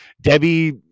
debbie